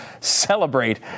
celebrate